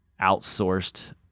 outsourced